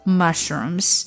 mushrooms